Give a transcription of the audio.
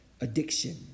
addiction